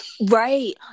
right